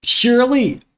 purely